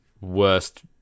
worst